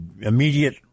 immediate